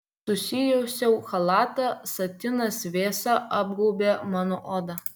susijuosiau chalatą satinas vėsa apgaubė mano odą